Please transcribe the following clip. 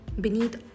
beneath